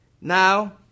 Now